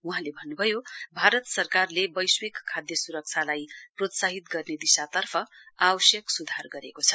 वहाँले भन्नुभयो भारत सरकारले बैश्विक खाश सुरक्षालाई प्रोत्साहित गर्ने दिशातर्फ आवश्यक सुधार गरेको छ